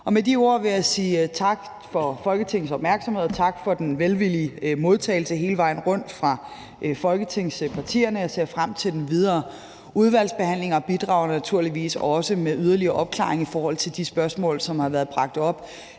Med de ord vil jeg sige tak for Folketingets opmærksomhed og tak for den velvillige modtagelse hele vejen rundt fra folketingspartierne. Jeg ser frem til den videre udvalgsbehandling og bidrager naturligvis også med yderligere opklaring i forhold til de spørgsmål, som har været bragt op